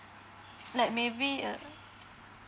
like maybe uh